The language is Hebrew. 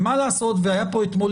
היה פה אתמול